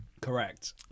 Correct